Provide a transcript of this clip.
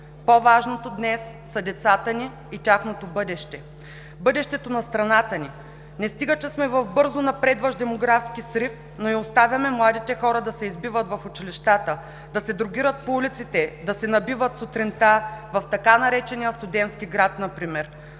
По-важното днес са децата ни и тяхното бъдеще – бъдещето на страната ни! Не стига, че сме в бързо напредващ демографски срив, но и оставяме младите хора да се избиват в училищата, да се дрогират по улиците, да се набиват сутринта в така наречения „Студентски град“ например.